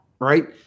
right